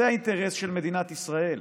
זה האינטרס של מדינת ישראל.